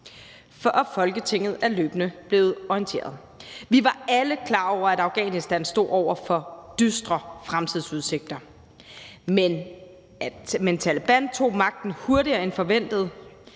og Folketinget er løbende blevet orienteret. Vi var alle klar over, at Afghanistan stod over for dystre fremtidsudsigter, men Taleban tog magten hurtigere end forventet.